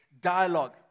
dialogue